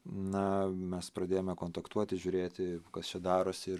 na mes pradėjome kontaktuoti žiūrėti kas čia darosi ir